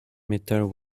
metal